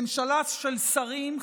ממשלה של שרים,